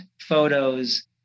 photos